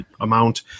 amount